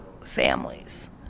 families